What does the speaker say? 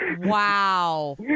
wow